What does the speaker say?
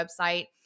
website